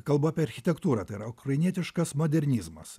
kalbu apie architektūrą tai yra ukrainietiškas modernizmas